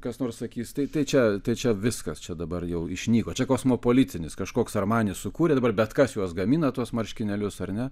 kas nors sakys tai tai čia tai čia viskas čia dabar jau išnyko čia kosmopolitinis kažkoks armani sukūrė dabar bet kas juos gamina tuos marškinėlius ar ne